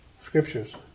Scriptures